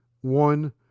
one